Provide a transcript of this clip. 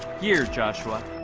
here's joshua, oh